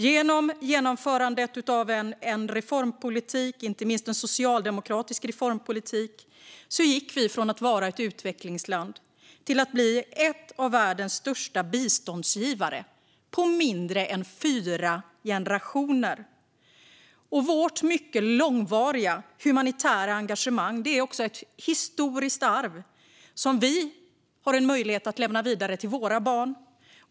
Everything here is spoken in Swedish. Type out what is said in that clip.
Genom genomförandet av en reformpolitik, inte minst en socialdemokratisk reformpolitik, gick vi från att vara ett utvecklingsland till att vara en av världens största biståndsgivare på mindre än fyra generationer. Vårt mycket långvariga humanitära engagemang är också ett historiskt arv som vi har en möjlighet att lämna vidare till våra barn.